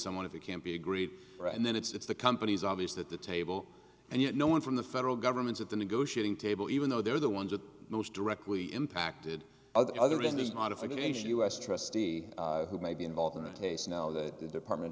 someone if you can't be a great writer and then it's the company's obvious that the table and yet no one from the federal government at the negotiating table even though they're the ones that most directly impacted other than this modification us trustee who may be involved in the case now that the department